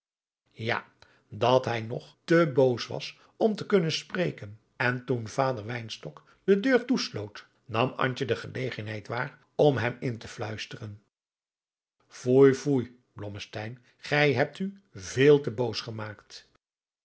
ja dat hij nog te boos was om te kunnen spreken en toen vader wynstok adriaan loosjes pzn het leven van johannes wouter blommesteyn de deur toesloot nam antje de gelegenheid waar om hem in te luisteren foei foei blommesteyn gij hebt u veel te boos gemaakt